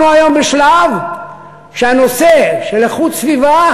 אנחנו היום בשלב שהנושא של איכות סביבה